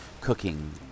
cooking